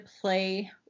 play